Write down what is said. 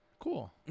Cool